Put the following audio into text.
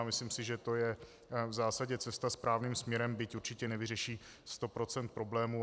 Myslím si, že to je v zásadě cesta správným směrem, byť určitě nevyřeší sto procent problémů.